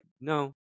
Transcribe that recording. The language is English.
no